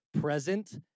present